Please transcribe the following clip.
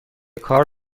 کار